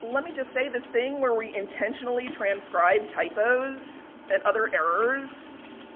let me just say this thing where we intentionally transcribe typos, and other errors